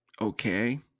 Okay